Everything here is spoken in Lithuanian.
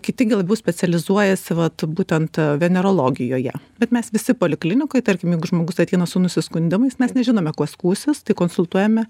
kiti gal labiau specializuojasi vat būtent venerologijoje bet mes visi poliklinikoj tarkim jeigu žmogus ateina su nusiskundimais mes nežinome kuo skųstis konsultuojame